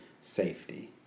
safety